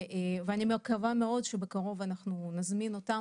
אני מקווה מאוד שבקרוב אנחנו נזמין אותם